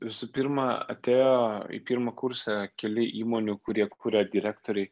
visų pirma atėjo į pirmą kursą keli įmonių kurie kuria direktoriai